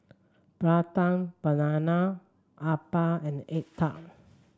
Prata Banana Appam and egg tart